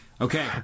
Okay